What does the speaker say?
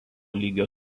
lygio